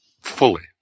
fully